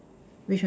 which one